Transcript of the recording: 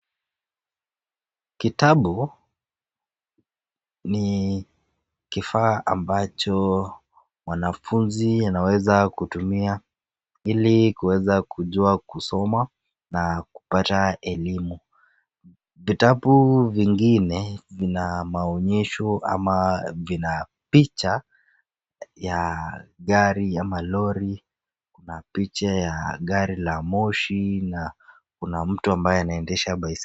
Kitabu ni kifaa ambacho mwanafunzi anaweza kutumia ili kuweza kujua kusoma na kupata elimu. Kitabu vingine vina maonyesho ama vina picha ya gari ama lori na picha ya gari la moshi na kuna mtu ambaye anaendesha baiske